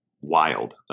wild